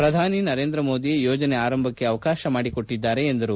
ಪ್ರಧಾನಿ ನರೇಂದ್ರ ಮೋದಿ ಯೋಜನೆ ಆರಂಭಕ್ಕೆ ಅವಕಾಶ ಮಾಡಿಕೊಟ್ಟಿದ್ದಾರೆ ಎಂದರು